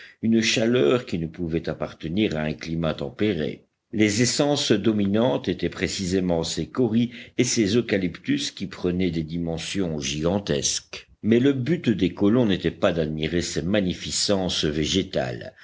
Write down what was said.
une chaleur qui ne pouvait appartenir à un climat tempéré les essences dominantes étaient précisément ces kauris et ces eucalyptus qui prenaient des dimensions gigantesques mais le but des colons n'était pas d'admirer ces magnificences végétales